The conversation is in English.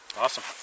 awesome